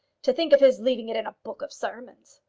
to think of his leaving it in a book of sermons!